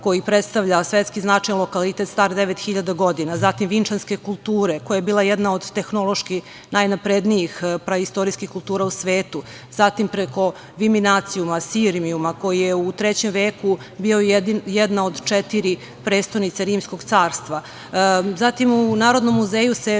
koji predstavlja svetski značajan lokalitet star 9.000 godina, zatim Vinčanska kultura koja je bila jedna od tehnološki najnaprednijih praistorijskih kultura u svetu, zatim preko Viminacijuma, Sirmijuma koji je u trećem veku bio jedna od četiri prestonice Rimskog carstva. U Narodnom muzeju se